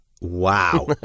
Wow